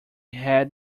head